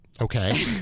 Okay